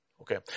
Okay